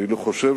אני חושב